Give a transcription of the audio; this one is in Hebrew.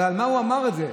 אבל על מה הוא אמר את זה?